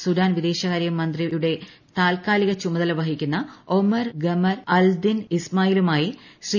Sudan വിദേശകാരൃ മന്ത്രിയുടെ താത്കാലിക ചുമതല വഹിക്കുന്ന ഒമർ ഗമർ അൽദിൽ ഇസ്മായിലുമായി ശ്രീ